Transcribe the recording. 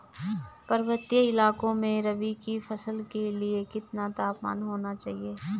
पर्वतीय इलाकों में रबी की फसल के लिए कितना तापमान होना चाहिए?